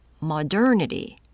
modernity